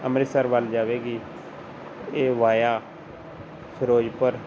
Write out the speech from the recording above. ਅੰਮ੍ਰਿਤਸਰ ਵੱਲ ਜਾਵੇਗੀ ਇਹ ਵਾਇਆ ਫਿਰੋਜ਼ਪੁਰ